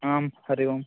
आम् हरिः ओम्